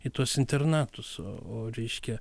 į tuos internatus o o reiškia